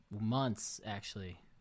months—actually